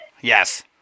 Yes